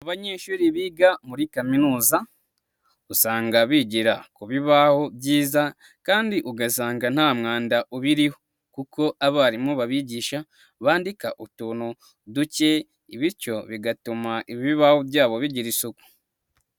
Abanyeshuri biga muri kaminuza, usanga bigira ku bibaho byiza, kandi ugasanga nta mwanda ubiriho, kuko abarimu babigisha bandika utuntu duke, bityo bigatuma ibibaho byabo bigira isuku.